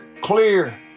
clear